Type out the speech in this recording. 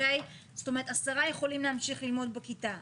זאת אומרת: 10 יכולים להמשיך ללמוד בכיתה,